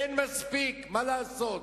אין מספיק, מה לעשות?